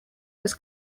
was